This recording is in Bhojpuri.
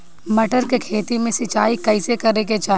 मटर के खेती मे सिचाई कइसे करे के चाही?